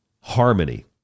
Harmony